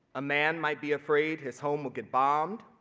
a man might be afraid his home will get bombed,